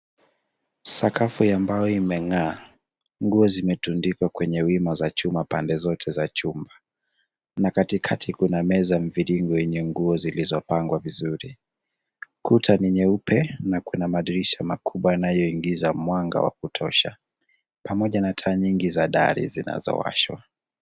Sakafu ya mbao imeng'aa. Nguo zimetundikwa kwenye wima za chuma pande zote za chumba na katikati kuna meza mviringo yenye nguo zilizopangwa vizuri. Kuta ni nyeupe na kuna madirisha makubwa yanayoingiza mwanga wa kutosha pamoja na taa nyingi za dari zinazowashwa.